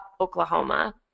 Oklahoma